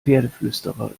pferdeflüsterer